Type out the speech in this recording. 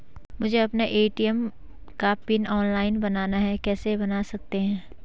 मुझे अपना ए.टी.एम का पिन ऑनलाइन बनाना है कैसे बन सकता है?